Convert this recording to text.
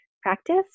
practice